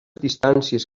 distàncies